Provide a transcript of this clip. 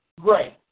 great